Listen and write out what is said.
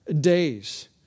days